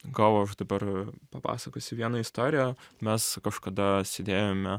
gal aš dabar papasakosiu vieną istoriją mes kažkada sėdėjome